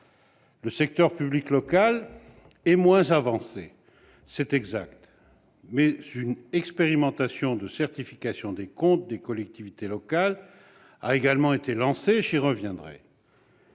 Le secteur public local est moins avancé, c'est exact, mais une expérimentation de certification des comptes des collectivités locales a également été lancée. J'y reviendrai